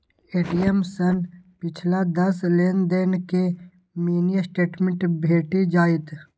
ATM सं पिछला दस लेनदेन के मिनी स्टेटमेंट भेटि जायत